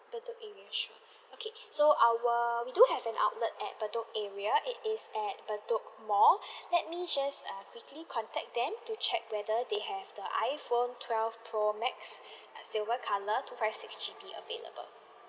bedok area sure okay so our we do have an outlet at bedok area it is at bedok mall let me just err quickly contact them to check whether they have the iphone twelve pro max silver colour two five six G_B available